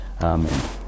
Amen